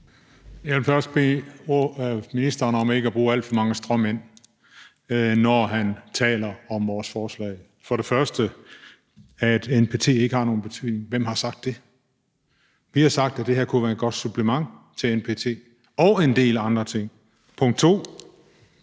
Jeg vil først bede ministeren om ikke at bruge alt for mange stråmænd, når han taler om vores forslag. Punkt 1, hvem har sagt, at NPT ikke har nogen betydning? Vi har sagt, at det her kunne være et godt supplement til NPT og en del andre ting. Punkt 2,